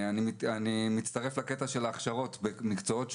אני מצטרף לקטע של ההכשרות במקצועות שונים,